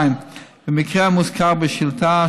המקרה המוזכר בשאילתה,